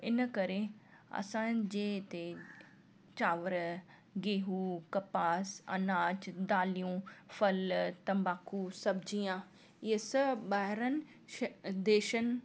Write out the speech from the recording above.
इन करे असांजे हिते चांवर गेहूं कपास अनाज दालियूं फल तंबाकू सब्जियां हीय सभु ॿाहिरिनि शै अ देशनि